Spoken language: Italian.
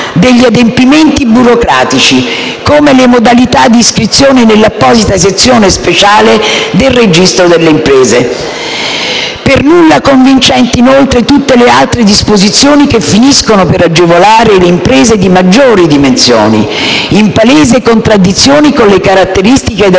degli adempimenti burocratici, come le modalità di iscrizione nell'apposita sezione speciale del registro delle imprese. Per nulla convincenti, inoltre, sono tutte le altre disposizioni, che finiscono per agevolare le imprese di maggiori dimensioni, in palese contraddizione con le caratteristiche del